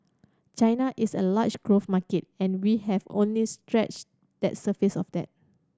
China is a large growth market and we have only scratched that surface of that